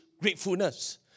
gratefulness